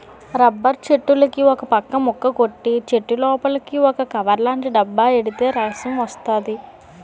rubber చెట్టులుకి ఒకపక్క ముక్క కొట్టి చెట్టులోపలికి ఒక కవర్లాటి డబ్బా ఎడితే రసం వస్తది